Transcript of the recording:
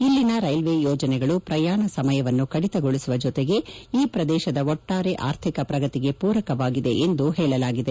ಇಲ್ಲಿನ ರೈಲ್ವೆ ಯೋಜನೆಗಳು ಪ್ರಯಾಣ ಸಮಯವನ್ನು ಕಡಿತಗೊಳಿಸುವ ಜೊತೆಗೆ ಈ ಪ್ರದೇಶದ ಒಟ್ಟಾರೆ ಆರ್ಥಿಕ ಪ್ರಗತಿಗೆ ಪೂರಕವಾಗಿದೆ ಎಂದು ಹೇಳಲಾಗಿದೆ